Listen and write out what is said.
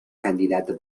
candidato